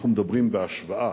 אנחנו מדברים בהשוואה,